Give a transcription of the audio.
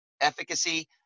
efficacy